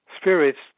spirits